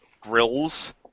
grills